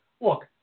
look